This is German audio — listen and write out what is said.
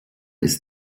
ist